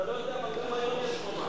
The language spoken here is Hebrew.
אתה לא יודע, אבל גם היום יש חומה.